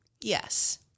Yes